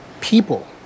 people